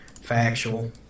Factual